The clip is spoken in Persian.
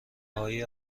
های